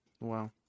Wow